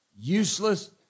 Useless